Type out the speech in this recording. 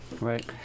Right